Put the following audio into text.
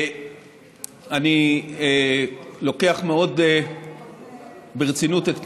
אני לוקח מאוד ברצינות את פנייתך.